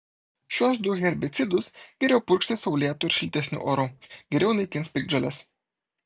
šiuos du herbicidus geriau purkšti saulėtu ir šiltesniu oru geriau naikins piktžoles